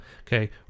Okay